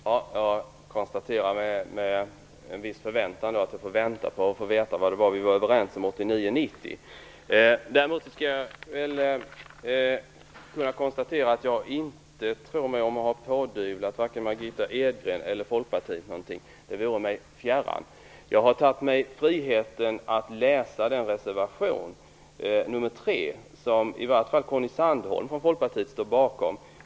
Herr talman! Jag konstaterar med en viss förväntan att jag får vänta på att få veta vad vi var överens om 1989/90. Däremot skall jag konstatera att jag inte tror mig ha pådyvlat varken Margitta Edgren eller Folkpartiet någonting - det vore mig fjärran. Jag har tagit mig friheten att läsa ur den reservation, nr 3, som i varje fall Conny Sandholm från Folkpartiet står bakom.